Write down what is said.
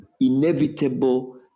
inevitable